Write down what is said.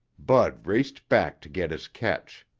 bud raced back to get his catch.